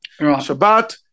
Shabbat